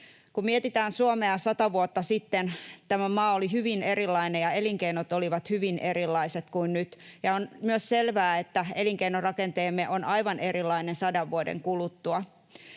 Kun mietitään Suomea sata vuotta sitten, tämä maa oli hyvin erilainen ja elinkeinot olivat hyvin erilaiset kuin nyt. On myös selvää, että elinkeinorakenteemme on aivan erilainen sadan vuoden kuluttua.